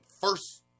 first